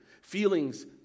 Feelings